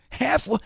Half